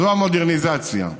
זאת המודרניזציה.